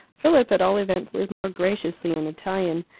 philip, at all events, lived more graciously in italian,